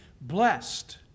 blessed